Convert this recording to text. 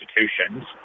institutions